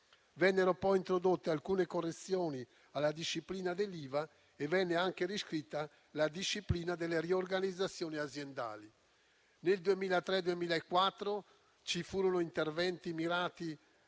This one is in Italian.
Vennero poi introdotte alcune correzioni alla disciplina dell'IVA e venne anche riscritta quella relativa alle riorganizzazioni aziendali. Nel 2003-2004 ci furono interventi mirati